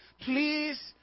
please